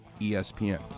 ESPN